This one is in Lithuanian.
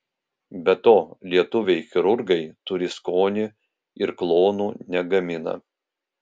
be to lietuviai chirurgai turi skonį ir klonų negamina